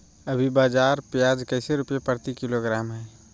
अभी बाजार प्याज कैसे रुपए प्रति किलोग्राम है?